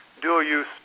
dual-use